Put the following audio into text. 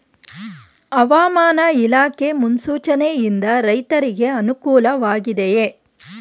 ಹವಾಮಾನ ಇಲಾಖೆ ಮುನ್ಸೂಚನೆ ಯಿಂದ ರೈತರಿಗೆ ಅನುಕೂಲ ವಾಗಿದೆಯೇ?